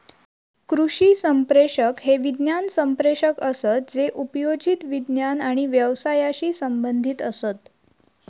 कृषी संप्रेषक हे विज्ञान संप्रेषक असत जे उपयोजित विज्ञान आणि व्यवसायाशी संबंधीत असत